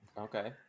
Okay